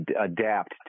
adapt